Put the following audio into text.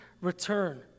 return